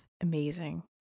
amazing